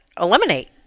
eliminate